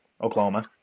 Oklahoma